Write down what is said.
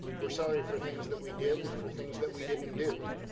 we're sorry for things that we did and for things that we didn't do